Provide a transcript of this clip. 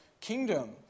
kingdom